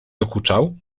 dokuczał